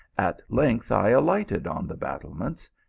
at length i alighted on the battlements,